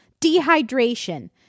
dehydration